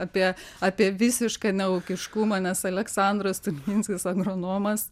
apie apie visišką neūkiškumą nes aleksandras stulginskis agronomas